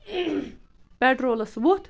پٮ۪ٹرولَس ووٚتھ